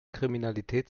kriminalität